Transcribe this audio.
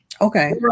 Okay